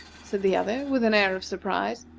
said the other, with an air of surprise.